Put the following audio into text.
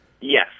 Yes